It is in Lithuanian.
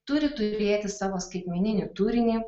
turi turėti savo skaitmeninį turinį